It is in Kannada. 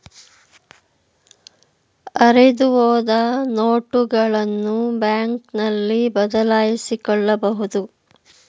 ಹರಿದುಹೋದ ನೋಟುಗಳನ್ನು ಬ್ಯಾಂಕ್ನಲ್ಲಿ ಬದಲಾಯಿಸಿಕೊಳ್ಳಬಹುದು